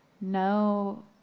no